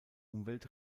umwelt